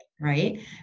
right